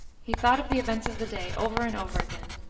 he thought of the events of the day over and over again.